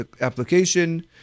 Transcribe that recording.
application